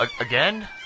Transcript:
Again